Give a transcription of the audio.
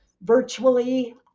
virtually